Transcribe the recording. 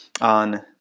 on